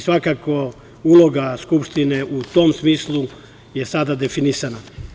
Svakako uloga Skupštine u tom smislu je sada definisana.